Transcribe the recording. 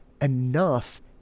enough